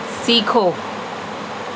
سیکھو